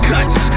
Cuts